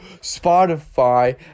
Spotify